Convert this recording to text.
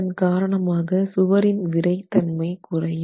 அதன் காரணமாக சுவரின் விறைத்தன்மை குறையும்